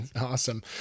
Awesome